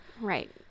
Right